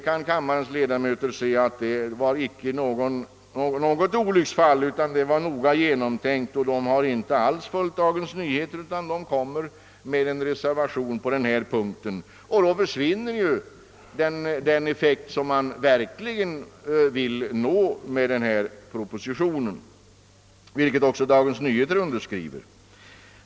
Som kammarens ledamöter kan se var det inte fråga om något olycksfall utan det var en noga genomtänkt sak. Man har inte alls följt Dagens Nyheter utan kommer med en reservation på denna punkt. Om man bifölle detta förslag skulle den effekt försvinna, som man verkligen vill nå med propositionen, vilket också Dagens Nyheter underströk.